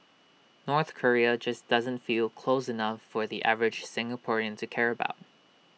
North Korea just doesn't feel close enough for the average Singaporean to care about